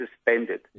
suspended